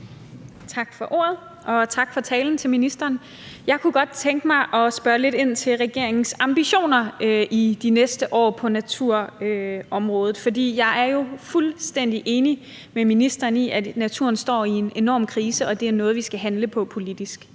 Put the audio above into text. Tak for ordet. Og tak til ministeren for talen. Jeg kunne godt tænke mig at spørge lidt ind til regeringens ambitioner for de næste år på naturområdet, for jeg er jo fuldstændig enig med ministeren i, at naturen står i en enorm krise, og at det er noget, vi skal handle på politisk.